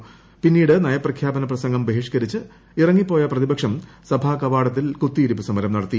ഫിസ്പ്പൂട് നയപ്രഖ്യാപന പ്രസംഗം ബഹിഷ്കരിച്ച് ഇറങ്ങി പോയ പ്രതിപക്ഷ്ട് സഭാ കവാടത്തിൽ കുത്തിയിരുപ്പ് സമരം നടത്തി